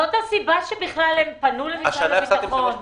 זאת הסיבה שהם פנו למשרד הביטחון.